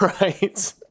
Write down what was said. Right